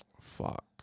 fuck